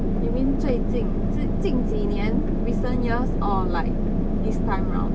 you mean 最近近近几年 recent years or like this time round